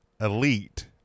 Elite